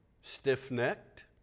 stiff-necked